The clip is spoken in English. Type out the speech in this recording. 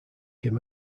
him